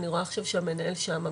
אני רואה שהמנהל נמצא.